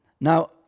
Now